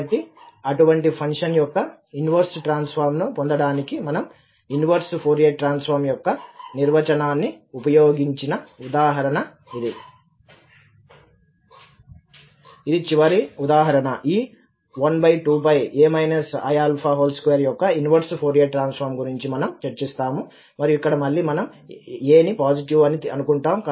కాబట్టి అటువంటి ఫంక్షన్ యొక్క ఇన్వెర్స్ ట్రాన్సఫార్మ్ ను పొందడానికి మనము ఇన్వెర్స్ ఫోరియర్ ట్రాన్సఫార్మ్ యొక్క నిర్వచనాన్ని ఉపయోగించిన ఉదాహరణ ఇది ఇది చివరి ఉదాహరణ ఈ 12a iα2 యొక్క ఇన్వెర్స్ ఫోరియర్ ట్రాన్సఫార్మ్ గురించి మనం చర్చిస్తాము మరియు ఇక్కడ మళ్లీ మనం a ని పాజిటివ్ అని అనుకుంటాం